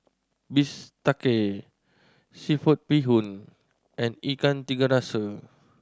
bistake seafood bee hoon and Ikan Tiga Rasa